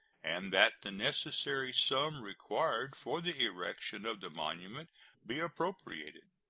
and that the necessary sum required for the erection of the monument be appropriated.